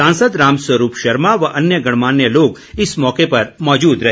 सांसद राम स्वरूप शर्मा व अन्य गणमान्य लोग इस मौके मौजूद रहे